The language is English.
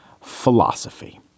philosophy